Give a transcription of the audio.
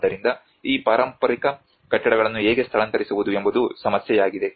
ಆದ್ದರಿಂದ ಈ ಪಾರಂಪರಿಕ ಕಟ್ಟಡಗಳನ್ನು ಹೇಗೆ ಸ್ಥಳಾಂತರಿಸುವುದು ಎಂಬುದು ಸಮಸ್ಯೆಯಾಗಿದೆ